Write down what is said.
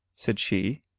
said she.